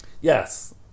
Yes